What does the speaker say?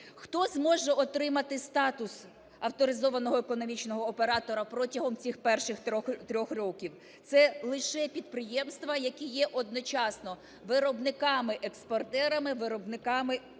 Хто зможе отримати статус авторизованого економічного оператора протягом цих перших трьох років? Це лише підприємства, які є одночасно виробниками-експортерами, виробниками-імпортерами.